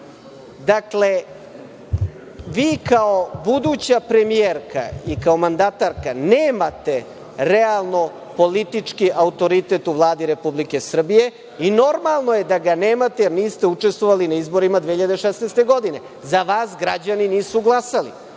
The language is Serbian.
godine. Vi kao buduća premijerka i kao mandatarka nemate realno politički autoritet u Vladi Republike Srbije i normalno je da ga nemate jer niste učestvovali na izborima 2016. godine. Za vas građani nisu glasali.